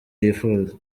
yifuza